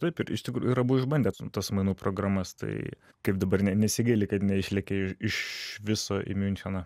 taip ir iš tikrųjų ir abu išbandėt tas mainų programas tai kaip dabar ne nesigaili kad neišlėkei iš viso į miuncheną